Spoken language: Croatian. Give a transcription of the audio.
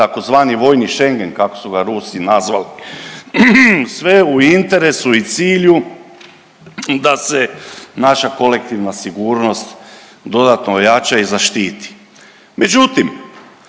to tzv. vojni Schengen kako su ga Rusi nazvali. Sve u interesu i cilju da se naša kolektivna sigurnost dodatno ojača i zaštiti.